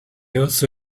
also